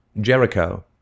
Jericho